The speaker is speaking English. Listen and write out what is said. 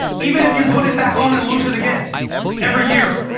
even if you put it back on and lose it again every year.